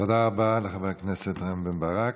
תודה רבה לחבר הכנסת רם בן ברק.